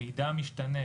מידע משתנה,